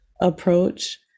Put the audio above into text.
approach